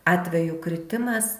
atvejų kritimas